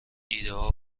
ایدهها